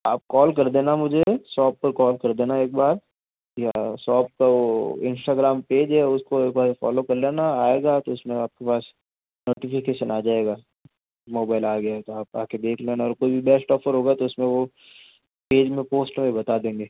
आप कॉल कर देना मुझे शॉप पर कॉल कर देना एक बार या शॉप का वो इंस्टाग्राम पेज है उसको एक बार फॉलो कर लेना आएगा तो उसमें आपके पास नोटिफिकेशन आ जाएगा मोबाइल आ गया तो आप आके देख लेना कोई भी बेस्ट ऑफर होगा तो उसमें वो पेज में पोस्ट में बता देंगे